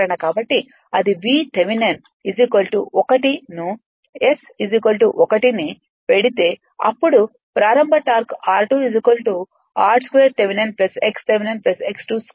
కాబట్టి అది V Thevenin 1 ను S 1 ను పెడితే అప్పుడు ప్రారంభ టార్క్ r2 √r2థెవెనిన్ x థెవెనిన్ x22'